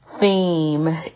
theme